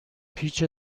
پیچ